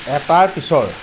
এটাৰ পিছৰ